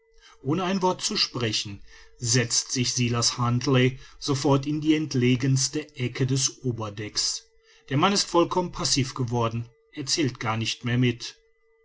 ohne ein wort zu sprechen setzt sich silas huntly sofort in die entlegenste ecke des oberdecks der mann ist vollkommen passiv geworden er zählt gar nicht mehr mit